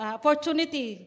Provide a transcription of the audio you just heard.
opportunity